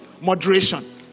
Moderation